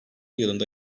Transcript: yılında